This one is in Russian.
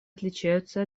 отличаются